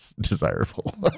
desirable